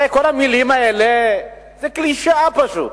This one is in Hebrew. הרי כל המלים האלה הן קלישאה פשוט.